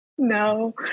No